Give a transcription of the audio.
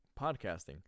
podcasting